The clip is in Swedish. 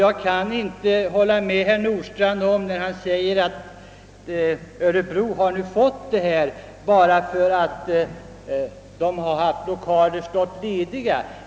Jag kan inte hålla med herr Nordstrandh när han säger att Örebro fått detta för att där finns lokaler leliga.